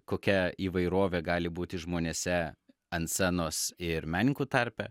kokia įvairovė gali būti žmonėse ant scenos ir menininkų tarpe